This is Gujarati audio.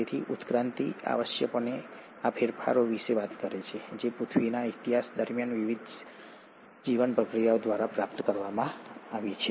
તેથી ઉત્ક્રાંતિ આવશ્યકપણે આ ફેરફારો વિશે વાત કરે છે જે પૃથ્વીના ઇતિહાસ દરમિયાન વિવિધ જીવન પ્રક્રિયાઓ દ્વારા પ્રાપ્ત કરવામાં આવ્યા છે